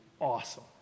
awesome